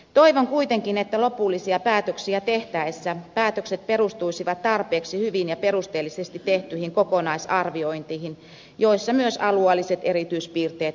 toivon kuitenkin että lopullisia päätöksiä tehtäessä päätökset perustuisivat tarpeeksi hyvin ja perusteellisesti tehtyihin kokonaisarviointeihin joissa myös alueelliset erityispiirteet huomioidaan